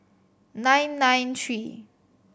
nine nine three